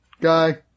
guy